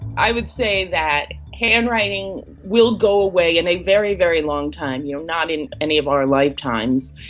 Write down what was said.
i would say that handwriting will go away in a very, very long time, you know not in any of our lifetimes,